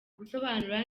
gusobanura